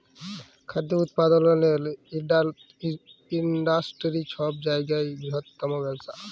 খাদ্য উৎপাদলের ইন্ডাস্টিরি ছব জায়গার বিরহত্তম ব্যবসা